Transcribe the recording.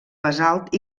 basalt